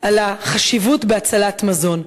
על החשיבות בהצלת מזון.